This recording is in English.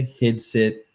headset